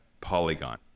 Polygon